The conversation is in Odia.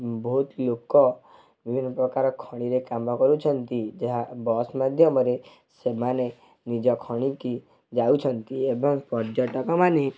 ବହୁତ ଲୋକ ବିଭିନ୍ନ ପ୍ରକାର ଖଣିରେ କାମ କରୁଛନ୍ତି ଯାହା ବସ୍ ମାଧ୍ୟମରେ ସେମାନେ ନିଜ ଖଣିକି ଯାଉଛନ୍ତି ଏବଂ ପର୍ଯ୍ୟଟକମାନେ